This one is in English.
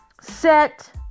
set